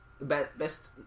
best